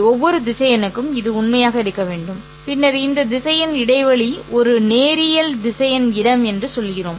ஒவ்வொரு திசையனுக்கும் இது உண்மையாக இருக்க வேண்டும் பின்னர் இந்த திசையன் இடைவெளி ஒரு நேரியல் திசையன் இடம் என்று சொல்கிறோம்